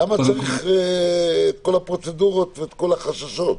למה צריך את כל הפרוצדורות ואת כל החששות?